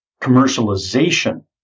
commercialization